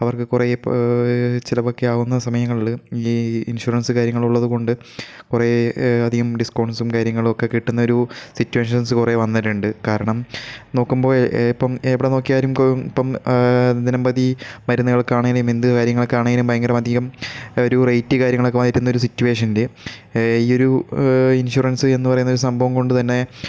അവർക്ക് കുറെ പ് ചിലവൊക്കെ ആകുന്ന സമയങ്ങളിൽ ഈ ഇൻഷുറൻസ് കാര്യങ്ങൾ ഉള്ളതു കൊണ്ട് കുറെ അധികം ഡിസ്കൗണ്ട്സും കാര്യങ്ങളൊക്കെ കിട്ടുന്ന ഒരു സിറ്റുവേഷൻസ് കുറെ വന്നിട്ടുണ്ട് കാരണം നോക്കുമ്പോൾ എപ്പം എവിടെ നോക്കിയാലും കൊം ഇപ്പം ദിനംപ്രതി മരുന്നുകൾക്ക് ആണേനേം എന്ത് കാര്യങ്ങൾക്കാണേനും ഭയങ്കരമധികം ഒരു റെയ്റ്റ് കാര്യങ്ങളൊക്കെ വരുന്ന ഒരു സിറ്റുവേഷനുണ്ട് ഈ ഒരു ഇൻഷുറൻസ് എന്ന് പറയുന്നൊരു സംഭവം കൊണ്ടു തന്നെ